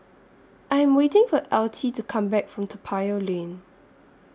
I Am waiting For Altie to Come Back from Toa Payoh Lane